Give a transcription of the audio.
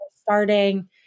starting